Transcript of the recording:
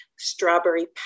strawberry